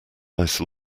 ice